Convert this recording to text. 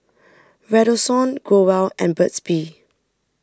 Redoxon Growell and Burt's Bee